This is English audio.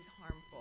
harmful